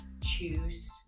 choose